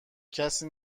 کسی